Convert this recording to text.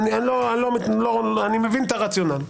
אני מבין את הרציונל.